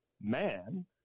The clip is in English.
man